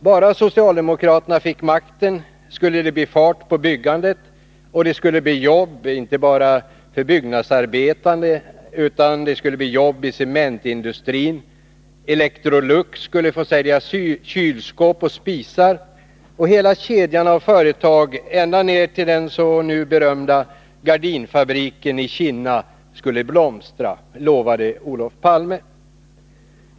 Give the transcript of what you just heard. Bara socialdemokraterna fick makten skulle det bli fart på byggandet, och då skulle det bli jobb inte bara för byggnadsarbetarna utan också i cementindustrin, Electrolux skulle få sälja kylskåp och spisar, och hela kedjan av företag ända ner till den nu så berömda gardinfabriken i Kinna skulle blomstra, lovade Olof Palme.